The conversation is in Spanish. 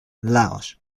laos